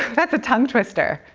that's a tongue twister.